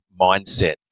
mindset